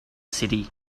city